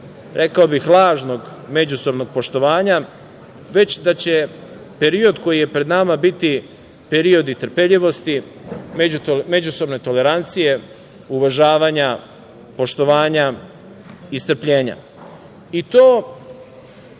rekao bih lažnog međusobnog poštovanja, već da će period koji je pred nama biti period i trpeljivosti, međusobne tolerancije, uvažavanja, poštovanja i strpljenja. To